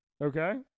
Okay